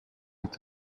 est